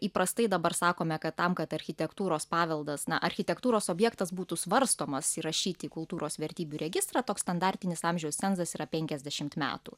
įprastai dabar sakome kad tam kad architektūros paveldas na architektūros objektas būtų svarstomas įrašyti į kultūros vertybių registrą toks standartinis amžiaus cenzas yra penkiasdešimt metų